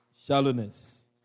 Shallowness